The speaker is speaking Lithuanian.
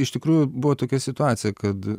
iš tikrųjų buvo tokia situacija kad